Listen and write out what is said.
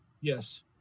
Yes